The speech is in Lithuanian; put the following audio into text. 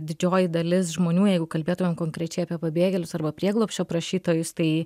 didžioji dalis žmonių jeigu kalbėtumėm konkrečiai apie pabėgėlius arba prieglobsčio prašytojus tai